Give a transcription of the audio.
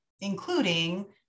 including